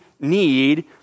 need